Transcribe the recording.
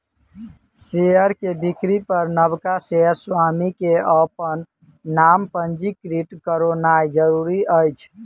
share के बिक्री पर नबका शेयर स्वामी के अपन नाम पंजीकृत करौनाइ जरूरी अछि